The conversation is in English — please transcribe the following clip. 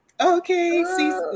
Okay